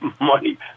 money